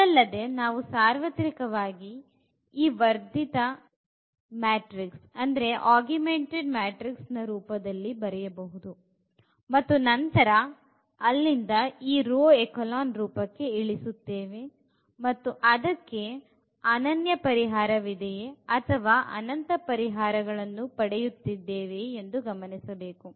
ಇದಲ್ಲದೆ ನಾವು ಸಾರ್ವತ್ರಿಕ ವಾಗಿ ಈ ವರ್ಧಿತ ಮ್ಯಾಟ್ರಿಕ್ಸ್ ರೂಪದಲ್ಲಿ ಬರೆಯಬಹುದು ಮತ್ತು ನಂತರ ಅಲ್ಲಿಂದ ಈ ರೋ ಎಚೆಲಾನ್ ರೂಪಕ್ಕೆ ಇಳಿಸುತ್ತೇವೆ ಮತ್ತು ಅದಕ್ಕೆ ಅನನ್ಯ ಪರಿಹಾರವಿದೆಯೇ ಅಥವಾ ಅನಂತ ಪರಿಹಾರಗಳನ್ನು ಪಡೆಯುತ್ತಿದ್ದೇವೆ ಎಂದು ಗಮನಿಸಬೇಕು